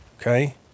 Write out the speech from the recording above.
okay